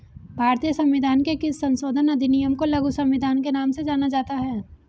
भारतीय संविधान के किस संशोधन अधिनियम को लघु संविधान के नाम से जाना जाता है?